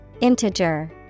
Integer